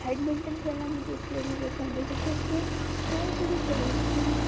badminton खेलना मुझे इसलिए भी पसंद है क्योंकि उससे हमारे पूरे शरीर की